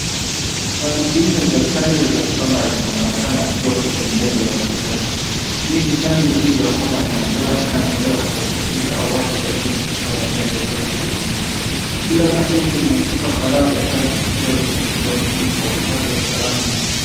Sanduku nne za chajo za zinaonekana zikiwa kwenye meza ya hosptali hii ni chajo dhidi ya homa ya majano aina ya inayotolewa katika wasafiri au watu waliomo maeneo hatalini. kila sanduku lina chupa kadhaa za chajo zikiwa zimefungwa vizuri kwa uhifadhi wa salama.